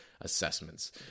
assessments